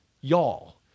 y'all